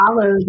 follow